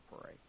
pray